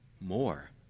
more